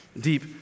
deep